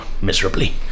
miserably